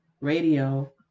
Radio